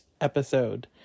episode